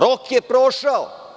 Rok je prošao.